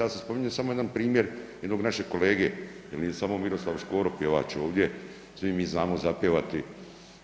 Ja sam spominjao samo jedan primjer jednog našeg kolege jer nije samo Miroslav Škoro pjevač ovdje, svi mi znamo zapjevati